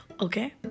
okay